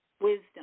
wisdom